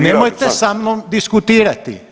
Nemojte sa mnom diskutirati.